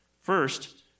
First